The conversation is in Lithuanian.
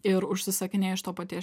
ir užsisakinėja iš to paties